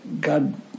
God